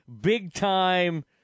big-time